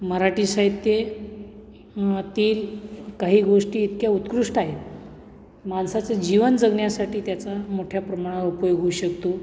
मराठी साहित्या तील काही गोष्टी इतक्या उत्कृष्ट आहेत माणसाचं जीवन जगण्यासाठी त्याचा मोठ्या प्रमाणावर उपयोग होऊ शकतो